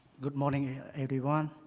good morning everyone.